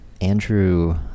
Andrew